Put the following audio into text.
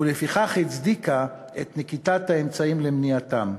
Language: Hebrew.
ולפיכך הצדיקו את נקיטת האמצעים למניעתם.